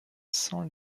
san